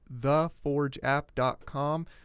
theforgeapp.com